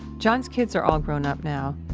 john's kids are all grown up now.